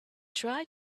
try